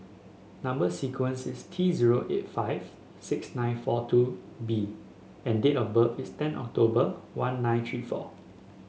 number sequence is T zero eight five six nine four two B and date of birth is ten October one nine three four